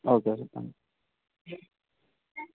okay sir